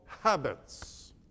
habits